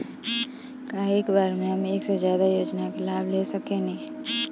का एक बार में हम एक से ज्यादा योजना का लाभ ले सकेनी?